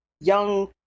young